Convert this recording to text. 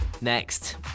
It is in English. Next